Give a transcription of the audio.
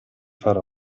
far